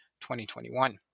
2021